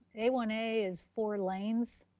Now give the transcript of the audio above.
a one a is four lanes,